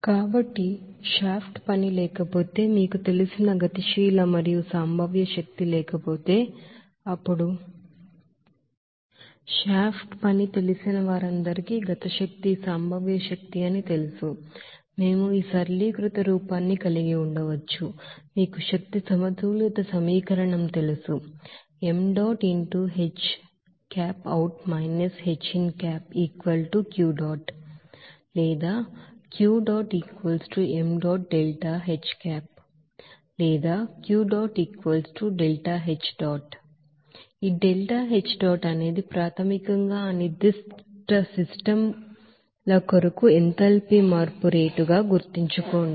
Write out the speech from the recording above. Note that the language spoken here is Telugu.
కాబట్టి షాఫ్ట్ పని లేకపోతే మీకు తెలిసిన కైనెటిక్ ఎనెర్జి మరియు పొటెన్షియల్ ఎనెర్జి లేకపోతే అప్పుడు షాఫ్ట్ పని తెలిసిన వారందరికీ పొటెన్షియల్ ఎనెర్జి పొటెన్షియల్ ఎనెర్జి అని తెలుసు మేము ఈ సరళీకృత రూపాన్ని కలిగి ఉండవచ్చు మీకు ఎనర్జీ బాలన్స్ ఈక్వేషన్ తెలుసు ఈ delta H dot అనేది ప్రాథమికంగా ఆ నిర్ధిష్ట సిస్టమ్ ల కొరకు ఎంథాల్పీ మార్పు రేటు అని గుర్తుంచుకోండి